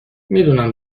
میدونم